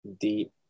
deep